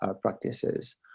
practices